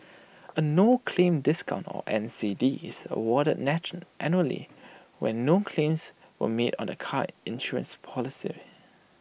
A no claim discount or N C D is awarded natural annually when no claims were made on the car insurance policy